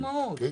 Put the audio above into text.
אני